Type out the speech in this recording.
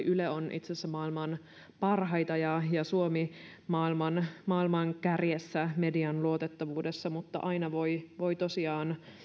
yle on itse asiassa maailman parhaita ja ja suomi maailman maailman kärjessä median luotettavuudessa mutta aina voi voi tosiaan